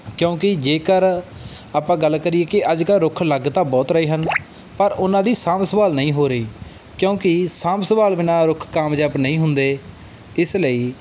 ਕਿਉਂਕਿ ਜੇਕਰ ਆਪਾਂ ਗੱਲ ਕਰੀਏ ਕਿ ਅੱਜ ਕੱਲ੍ਹ ਰੁੱਖ ਲੱਗ ਤਾਂ ਬਹੁਤ ਰਹੇ ਹਨ ਪਰ ਉਹਨਾਂ ਦੀ ਸਾਂਭ ਸੰਭਾਲ ਨਹੀਂ ਹੋ ਰਹੀ ਕਿਉਂਕਿ ਸਾਂਭ ਸੰਭਾਲ ਬਿਨਾਂ ਰੁੱਖ ਕਾਮਯਾਬ ਨਹੀਂ ਹੁੰਦੇ ਇਸ ਲਈ